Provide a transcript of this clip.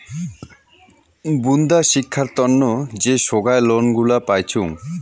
বুন্দা শিক্ষার তন্ন যে সোগায় লোন গুলা পাইচুঙ